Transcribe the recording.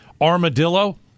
Armadillo